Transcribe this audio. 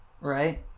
right